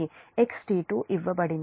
XT2 ఇవ్వబడింది